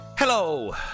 Hello